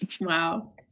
Wow